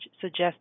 suggest